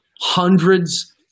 hundreds